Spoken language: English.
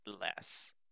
less